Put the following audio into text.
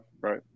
right